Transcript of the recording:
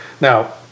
Now